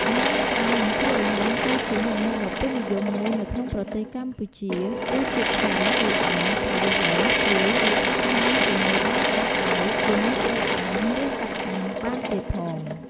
ល្ហុងត្រាំនិងជ្រក់ល្ហុង ក៏ជាមុខម្ហូបដ៏ពេញនិយមមួយនៅក្នុងប្រទេសកម្ពុជារសជាតិឆ្ងាញ់ ជូរអែម ប្រៃ ហិរ ស្រួយវាអាចញ៉ាំជាមួយបាយក្តៅៗ ជាមួយត្រីអាំង ឬសាច់អាំង បានទៀតផង។